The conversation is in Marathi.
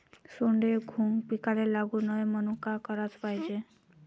सोंडे, घुंग पिकाले लागू नये म्हनून का कराच पायजे?